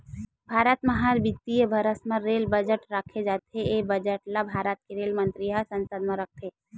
भारत म हर बित्तीय बरस म रेल बजट राखे जाथे ए बजट ल भारत के रेल मंतरी ह संसद म रखथे